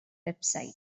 website